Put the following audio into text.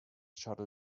shuttle